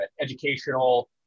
educational